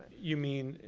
you mean,